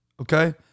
Okay